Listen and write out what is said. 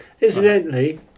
Incidentally